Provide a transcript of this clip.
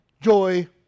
joy